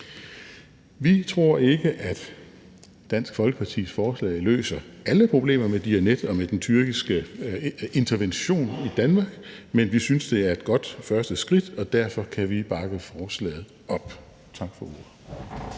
Vi tror ikke, at Dansk Folkepartis forslag løser alle problemer med Diyanet og med den tyrkiske intervention i Danmark, men vi synes, det er et godt første skridt, og derfor kan vi bakke forslaget op. Tak for ordet.